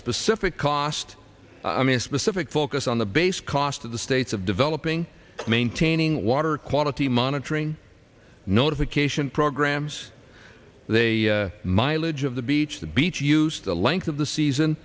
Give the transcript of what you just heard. specific cost i mean specific focus on the base cost of the states of developing maintaining water quality monitoring notification programs they mileage of the beach the beach use the length of the season